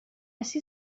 ací